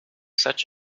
such